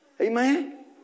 amen